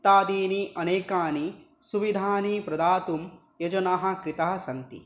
इत्यादीनि अनेकानि सुविधानि प्रदातुं योजनाः कृताः सन्ति